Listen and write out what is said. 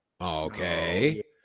Okay